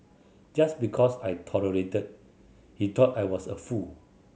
just because I tolerated he thought I was a fool